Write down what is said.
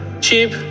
cheap